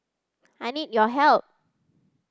I need your help